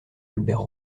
albert